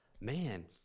man